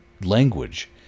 language